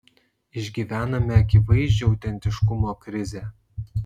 išgyvename akivaizdžią autentiškumo krizę